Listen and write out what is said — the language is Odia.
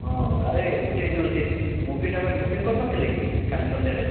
ହଁ ଆରେ ଗୋଟେ ଯୋଉ ସେ ମୁଭିଟା ପାଇଁ ବୁକିଙ୍ଗ୍ କରିନଥିଲେ କି କାଲି ସନ୍ଧ୍ୟାରେ